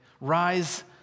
rise